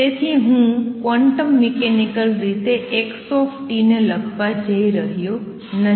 તેથી હું quantum mechanical રીતે xt ને લખવા જઇ રહ્યો નથી